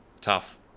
tough